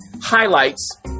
highlights